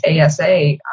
asa